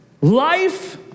life